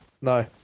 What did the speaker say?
No